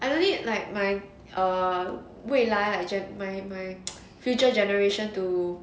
I don't need like my err 未来 like my my future generation to